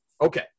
Okay